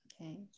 Okay